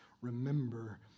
remember